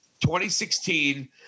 2016